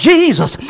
Jesus